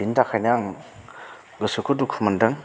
बिनि थाखायनो आं गोसोखौ दुखु मोनदों